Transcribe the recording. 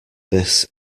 this